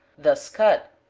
thus cut,